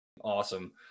awesome